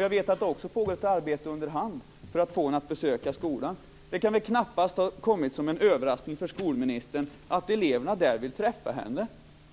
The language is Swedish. Jag vet också att det pågått ett arbete under hand för att få henne att besöka skolan. Det kan väl knappast ha kommit som en överraskning för skolministen att eleverna där vill träffa henne.